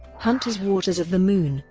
hunter's waters of the moon,